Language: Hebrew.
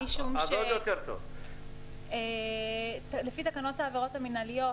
משום שלפי תקנות העבירות המנהליות,